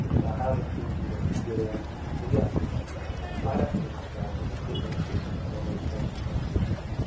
and i highly encourage you to to get in to the acquisition gateway, sign up for the newsletter, and get notifications on when those trainings are available,